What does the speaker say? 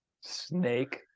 Snake